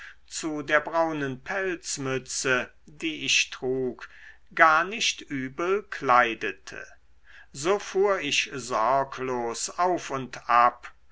zu der braunen pelzmütze die ich trug gar nicht übel kleidete so fuhr ich sorglos auf und ab